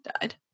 died